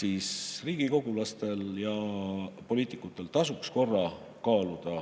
siis riigikogulastel ja muudel poliitikutel tasuks korra kaaluda